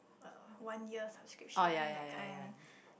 o~ one year subscription that kind